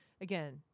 again